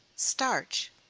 starch.